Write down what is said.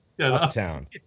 Uptown